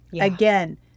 Again